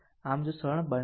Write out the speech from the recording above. આમ જો સરળ બનાવો